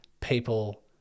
people